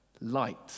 light